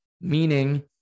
Meaning